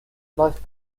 läuft